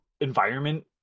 environment